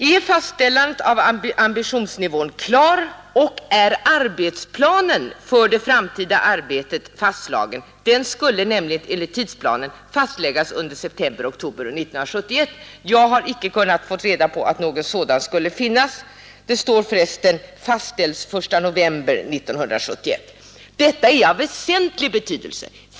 Är fastställandet av ambitionsnivån klart och är arbetsplanen för det samtida arbetet fastlagd? Den skulle nämligen enligt tidsplanen fastläggas under september—oktober 1971. Jag har icke kunnat få reda på att något sådant skulle finnas. Det heter för resten: Fastställs I november 1971. Detta är av väsentlig betydelse.